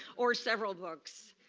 or several books.